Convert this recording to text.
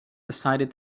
decided